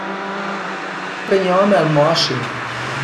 Impegname al massim